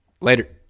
Later